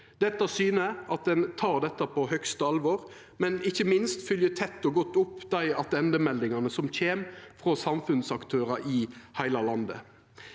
Det syner at ein tek dette på høgste alvor, men ikkje minst at ein fylgjer tett og godt opp dei attendemeldingane som kjem frå samfunnsaktørar i heile landet.